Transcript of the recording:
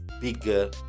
bigger